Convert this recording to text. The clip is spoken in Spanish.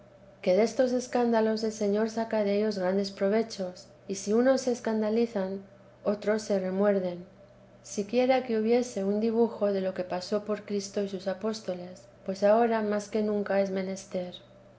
que destos escándalos el señor saca dellos grandes provechos y si unos se escandalizan otros se remuerden siquiera que hubiese un dibujo de lo que pasó por cristo y sus apóstoles pues ahora más que nunca es menester